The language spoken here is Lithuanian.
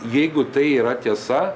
jeigu tai yra tiesa